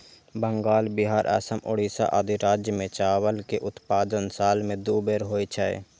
बंगाल, बिहार, असम, ओड़िशा आदि राज्य मे चावल के उत्पादन साल मे दू बेर होइ छै